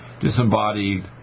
disembodied